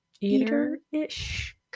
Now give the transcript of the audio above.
eater-ish